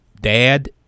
dad